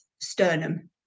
sternum